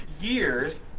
years